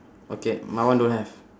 okay my one don't have